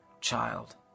child